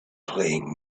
playing